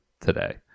today